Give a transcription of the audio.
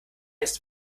ist